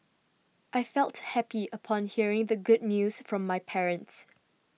I felt happy upon hearing the good news from my parents